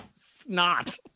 Snot